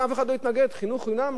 חינוך חינם גם לעשירים.